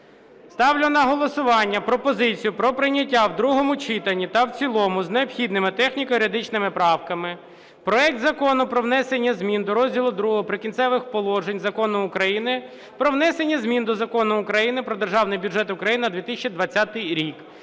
Ставлю на голосування пропозицію про прийняття в другому читанні та в цілому з необхідними техніко-юридичними правками проект Закону про внесення змін до розділу ІІ "Прикінцеві положення" Закону України "Про внесення змін до Закону України "Про Державний бюджет України на 2020 рік"